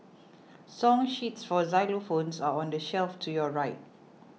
song sheets for xylophones are on the shelf to your right